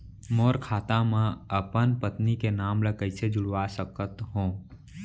मोर खाता म अपन पत्नी के नाम ल कैसे जुड़वा सकत हो?